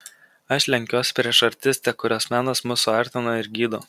aš lenkiuos prieš artistę kurios menas mus suartina ir gydo